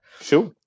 Sure